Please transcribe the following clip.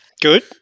good